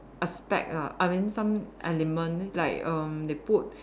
aspect lah I mean some element like erm they put